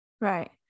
Right